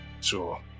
Sure